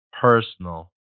personal